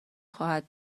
خواهد